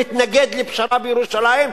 מתנגד לפשרה בירושלים,